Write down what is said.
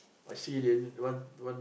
I see then they want want